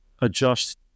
adjust